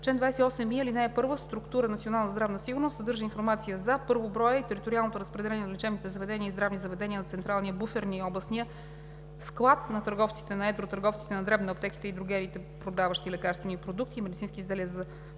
Чл. 28и. (1) Структура „Национална здравна сигурност“ съдържа информация за: 1. броя и териториалното разпределение на лечебните заведения и здравните заведения, на централния, буферния, областния склад на търговците на едро, търговците на дребно, аптеките и дрогериите, продаващи лекарствени продукти и медицински изделия в